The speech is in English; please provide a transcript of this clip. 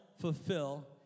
fulfill